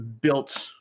built